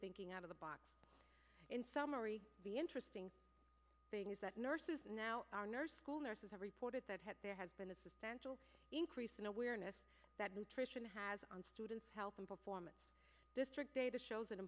thinking out of the box in summary the interesting thing is that nurses now are nurse school nurses have reported that had there has been a substantial increase in awareness that nutrition has on students health and performance district data shows an